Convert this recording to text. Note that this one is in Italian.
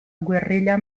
guerriglia